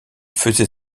faisait